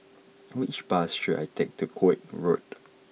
which bus should I take to Koek Road